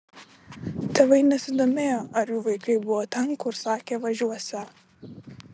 tėvai nesidomėjo ar jų vaikai buvo ten kur sakė važiuosią